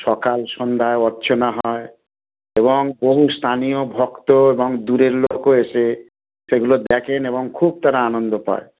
সকাল সন্ধ্যা অর্চনা হয় এবং বহু স্থানীয় ভক্ত এবং দূরের লোকও এসে সেগুলো দেখেন এবং খুব তারা আনন্দ পায়